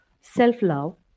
self-love